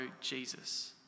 Jesus